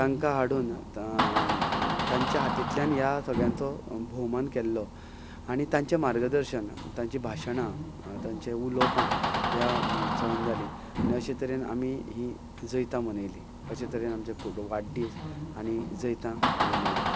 तांकां हाडून तांच्या हातींतल्यान ह्या सगळ्यांचो भोवमान केल्लो आनी तांचे मार्गदर्शन तांची भाशणां तांचीं उलोवपां ह्या महोत्सवान जालीं आनी अशें तरेन आमी हीं जैतां मनयलीं अशें तरेन आमचे वाडदीस आनी जैतां हांवें मनयल्यां